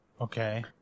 Okay